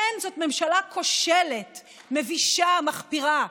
כן, זאת ממשלה כושלת, מבישה, מחפירה,